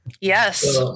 Yes